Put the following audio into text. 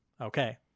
Okay